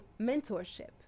mentorship